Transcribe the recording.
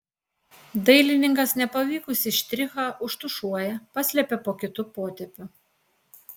dailininkas nepavykusį štrichą užtušuoja paslepia po kitu potėpiu